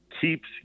keeps